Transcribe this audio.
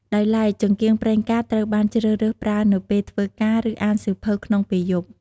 ដោយឡែក ចង្កៀងប្រេងកាតត្រូវបានជ្រើសរើសប្រើនៅពេលធ្វើការ ឬអានសៀវភៅក្នុងយប់ ។